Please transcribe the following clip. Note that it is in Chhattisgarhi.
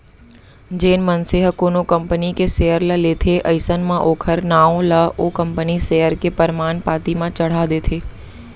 जेन मनसे ह कोनो कंपनी के सेयर ल लेथे अइसन म ओखर नांव ला ओ कंपनी सेयर के परमान पाती म चड़हा देथे